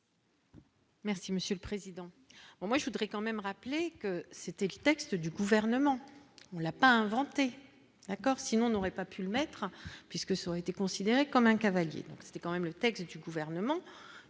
Merci monsieur le président, moi je voudrais quand même rappeler que c'était le texte du gouvernement, on l'a pas inventé, d'accord, sinon on n'aurait pas pu le mettre puisque son était considéré comme un cavalier, donc c'était quand même le texte du gouvernement